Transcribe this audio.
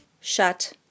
Shut